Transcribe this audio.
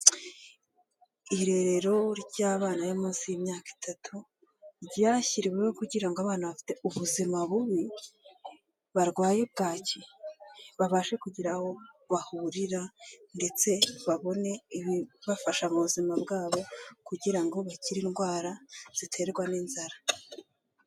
Irerero ry'abana bari munsi y'imyaka itatu ryashyiriweho kugira ngo abana bafite ubuzima bubi, barwaye bwaki babashe kugira aho bahurira ndetse babone ibibafasha mu buzima bwabo kugira ngo bakire indwara ziterwa n'inzara.